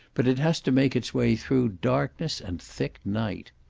but it has to make its way through darkness and thick night.